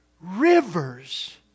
Rivers